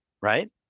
right